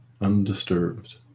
undisturbed